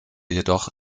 jedoch